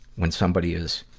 when somebody is,